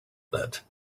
that